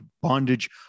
bondage